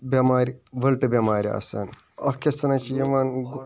بیٚمارِ وٕلٹہٕ بیٚمارِ آسان اَکھ کیٛاہ سَنا چھِ یِوان